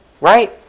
Right